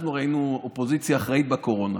אנחנו היינו אופוזיציה אחראית בקורונה,